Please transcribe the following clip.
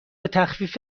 تخفیف